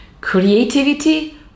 creativity